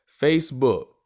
Facebook